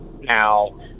Now